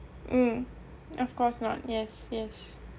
mm of course not yes yes